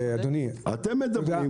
אתם מדברי,